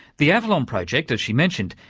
the avalon project, as she mentioned,